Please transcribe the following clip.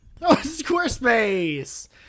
Squarespace